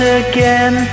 again